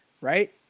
right